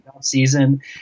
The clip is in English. season